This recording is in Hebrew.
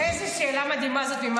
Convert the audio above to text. איזו שאלה מדהימה זאת.